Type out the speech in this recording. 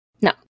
No